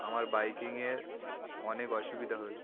আমার বাইকিংয়ের অনেক অসুবিধা হয়েছে